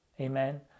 Amen